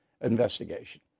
investigation